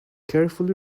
carefully